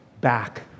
back